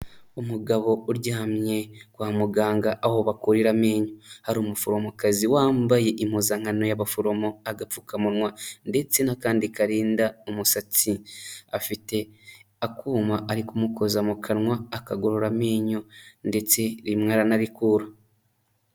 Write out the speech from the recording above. Umugabo uryamye kwa muganga aho bakurira amenyo, hari umuforomokazi wambaye impuzankano y'abaforomo, agapfukamunwa ndetse n'akandi karinda umusatsi, afite akuma ari kumukoza mu kanwa akagorora amenyo ndetse rimwe aranarikura.